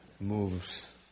moves